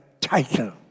title